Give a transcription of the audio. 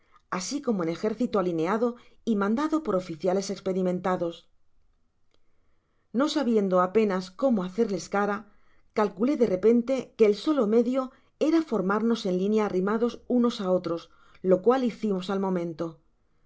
asi como un ejército alineado y mandado por oficiales esperimentados no sabiendo apenas cómo hacerles cara calculé de repente que el solo medio era formárnos en linea arrimados unos á otros lo cual hicimos al momento